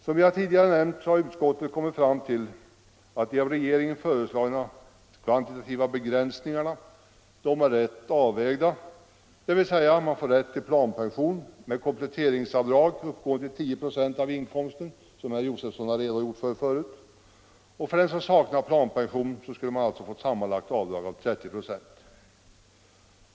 Som jag tidigare nämnt har utskottet kommit fram till att de av regeringen föreslagna kvantitativa begränsningarna är riktigt avvägda, dvs. man får rätt till planpension med kompletteringsavdrag uppgående till 10 26 av inkomsten, som herr Josefson tidigare redogjort för, och för dem som saknar planpension skulle det bli ett sammanlagt avdrag av 30 26.